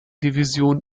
division